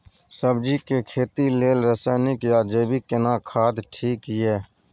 सब्जी के खेती लेल रसायनिक या जैविक केना खाद ठीक ये?